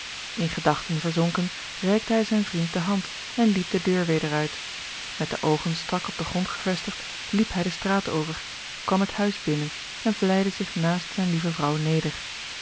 in gedachten verzonken reikte hij zijn vriend de hand en liep de deur weder uit met de oogen strak op den grond gevestigd liep hij de straat over kwam het huis binnen en vlijde zich naast zijne lieve vrouw neder